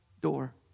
door